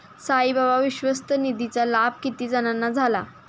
साईबाबा विश्वस्त निधीचा लाभ किती जणांना झाला?